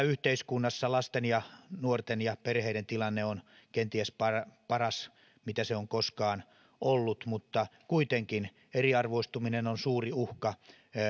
yhteiskunnassa lasten ja nuorten ja perheiden tilanne on kenties paras paras mitä se on koskaan ollut mutta kuitenkin eriarvoistuminen on suuri uhka